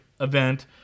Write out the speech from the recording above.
event